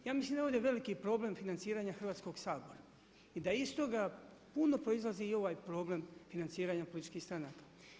Ja mislim da je ovdje veliki problem financiranje Hrvatskog sabora i da iz toga puno proizlazi i ovaj problem financiranja političkih stranaka.